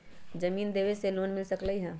जमीन देवे से लोन मिल सकलइ ह?